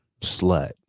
slut